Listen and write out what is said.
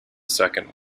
second